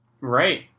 Right